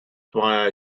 why